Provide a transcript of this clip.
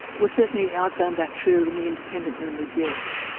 well certainly i found that true in the independent members, yes.